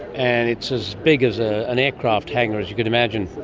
and it's as big as ah an aircraft hangar, as you can imagine.